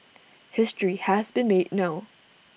history has been made no